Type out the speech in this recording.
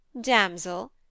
Damsel